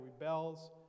rebels